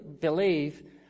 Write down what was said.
believe